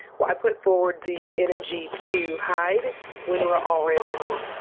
why put forward the energy to hide when we are already you know